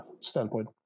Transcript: standpoint